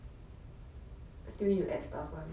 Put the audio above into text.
I will buy